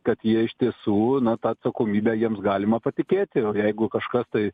kad jie iš tiesų na tą atsakomybę jiems galima patikėti o jeigu kažkas tai